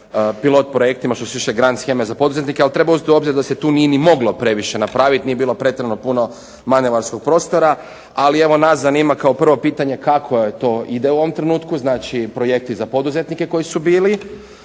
pilot projektima što se tiče grand sheme za poduzetnike, ali treba uzeti u obzir da se tu nije ni moglo previše napraviti, nije bilo pretjerano puno manevarskog prostora. Ali evo nas zanima kao prvo pitanje kako to ide u ovom trenutku. Znači projekti za poduzetnike koji su bili,